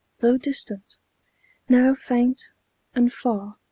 though distant now faint and far,